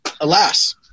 alas